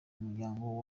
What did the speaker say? umuryango